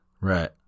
Right